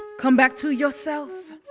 come back to yourself,